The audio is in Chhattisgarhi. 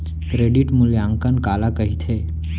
क्रेडिट मूल्यांकन काला कहिथे?